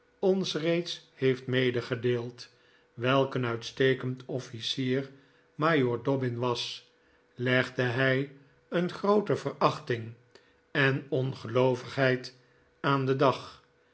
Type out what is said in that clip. ons reeds heeft medegedeeld welk een uitstekend offlcier majoor dobbin was legde hij een groote verachting en ongeloovigheid aan den dag